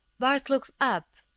bart looked up.